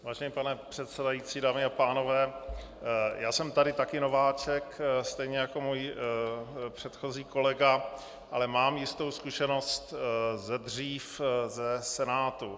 Vážený pane předsedající, dámy a pánové, já jsem tady taky nováček stejně jako můj předchozí kolega, ale mám jistou zkušenost ze dřív, ze Senátu.